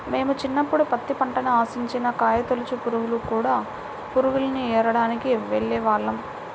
మేము చిన్నప్పుడు పత్తి పంటని ఆశించిన కాయతొలచు పురుగులు, కూడ పురుగుల్ని ఏరడానికి వెళ్ళేవాళ్ళం